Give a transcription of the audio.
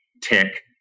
tick